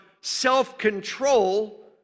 self-control